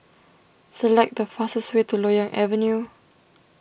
select the fastest way to Loyang Avenue